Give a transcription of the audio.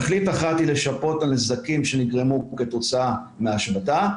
תכלית אחת היא לשפות על נזקים שנגרמו כתוצאה מההשבתה,